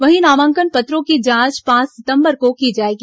वहीं नामांकन पत्रों की जांच पांच सितंबर को की जाएगी